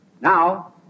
Now